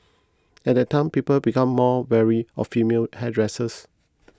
at that time people became more wary of female hairdressers